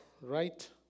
right